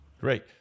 Great